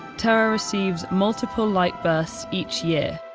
terra receives multiple light bursts each year.